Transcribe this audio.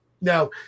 Now